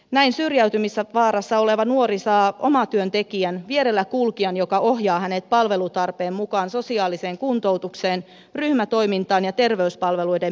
näin syrjäytymisvaarassa oleva nuori saa omatyöntekijän vierellä kulkijan joka ohjaa hänet palvelutarpeen mukaan sosiaaliseen kuntoutukseen ryhmätoimintaan ja terveyspalveluiden piiriin